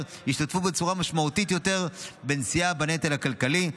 ישתתפו בצורה משמעותית יותר בנשיאה בנטל הכלכלי.